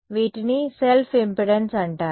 వీటిని self impedance అంటారు